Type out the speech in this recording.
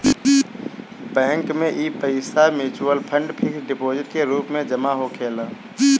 bank में इ पईसा मिचुअल फंड, फिक्स डिपोजीट के रूप में जमा होखेला